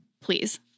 please